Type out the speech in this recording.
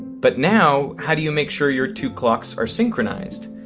but now, how do you make sure your two clocks are synchronized?